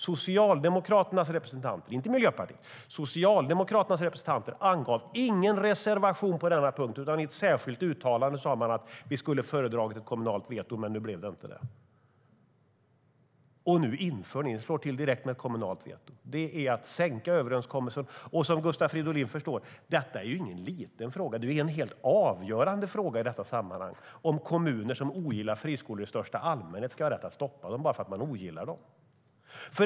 Socialdemokraternas representanter - inte Miljöpartiets - angav ingen reservation på denna punkt utan sade i ett särskilt uttalande: Vi skulle ha föredragit ett kommunalt veto, men nu blev det inte det. Och nu slår ni till direkt med ett kommunalt veto. Det är att sänka överenskommelsen. Som Gustav Fridolin förstår är detta ingen liten fråga. Det är en helt avgörande fråga i detta sammanhang om kommuner som ogillar friskolor i största allmänhet ska ha rätt att stoppa dem bara för att man ogillar dem.